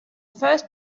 first